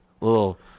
Little